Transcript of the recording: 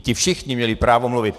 Ti všichni měli právo mluvit.